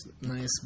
nice